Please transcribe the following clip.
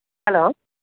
hello